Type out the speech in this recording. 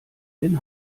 den